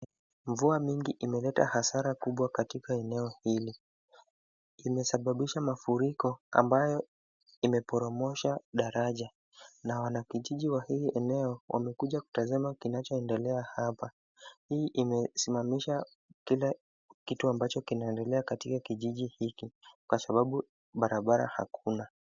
Mvua mingi imeleta hasara kubwa katika eneo hili, imesababisha mafuriko ambayo imeporomosha daraja. Na wanakijiji wa hili eneo wamekuja kutazama kinachoendelea hapa. Hii imesimamisha kile kitu ambacho kinaendelea katika eneo hili katika kijiji hiki kwa sababu barabara hakuna.